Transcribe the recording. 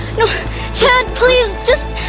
no chad, please! just